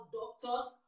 doctors